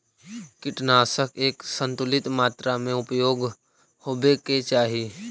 कीटनाशक के संतुलित मात्रा में उपयोग होवे के चाहि